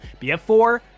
bf4